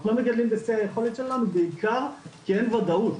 אנחנו לא מגדלים בשיא היכולת שלנו בעיקר כי אין וודאות,